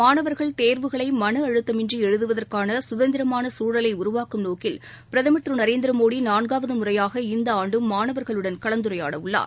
மாணவர்கள் தேர்வுகளைமனஅழுத்தமின்றிஎழுதுவதற்கானசுதந்திரமானசூழலைஉருவாக்கும் நோக்கில் பிரதமர் திருநரேந்திரமோடிநான்காவதுமுறையாக இந்தஆண்டும் மாணவர்களுடன் கலந்துரையாடஉள்ளார்